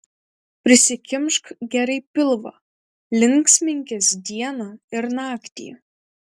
prisikimšk gerai pilvą linksminkis dieną ir naktį